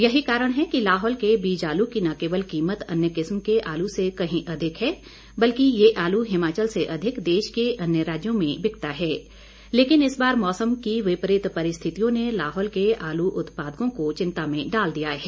यही कारण है कि लाहौल के बीज आलू की न केवल कीमत अन्य किस्म के आलू से कहीं अधिक है बल्कि ये आलू हिमाचल से अधिक देश के अन्य राज्यों में बिकता है लेकिन इस बार मौसम की विपरित परिस्थितियों ने लाहौल के आलू उत्पादकों को चिंता में डाल दिया है